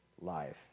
life